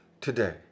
today